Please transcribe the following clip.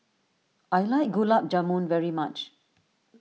I like Gulab Jamun very much